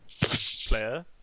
player